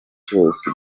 cyose